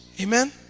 Amen